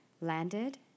landed